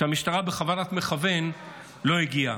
היא שהמשטרה בכוונת מכוון לא הגיעה.